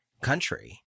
country